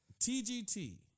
TGT